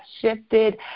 shifted